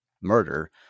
murder